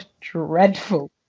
dreadful